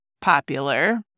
popular